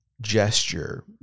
gesture